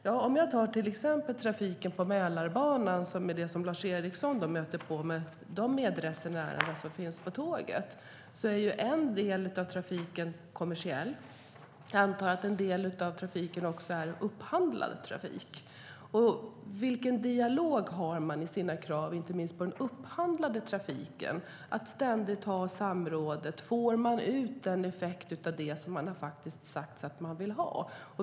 Ja, om jag tar till exempel trafiken på Mälarbanan, där Lars Eriksson möter medresenärer på tåget, är en del av trafiken där kommersiell. Jag antar att en del av trafiken också är upphandlad trafik. Vilken dialog har man i sina krav på inte minst den upphandlade trafiken? Får man i samrådet ut en effekt av det som man har sagt att man vill ha?